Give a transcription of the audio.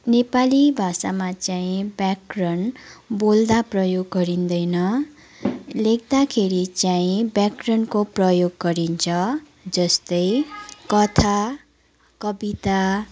नेपाली भाषामा चाहिँ व्याकरण बोल्दा प्रयोग गरिँदैन लेख्दाखेरि चाहिँ व्याकरणको प्रयोग गरिन्छ जस्तै कथा कविता